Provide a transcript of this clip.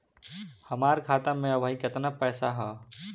हमार खाता मे अबही केतना पैसा ह?